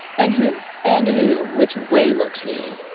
and who, and who? which way looks he?